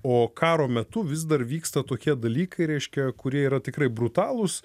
o karo metu vis dar vyksta tokie dalykai reiškia kurie yra tikrai brutalūs